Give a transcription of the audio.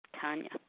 Tanya